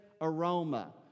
aroma